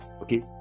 okay